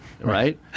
Right